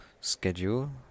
schedule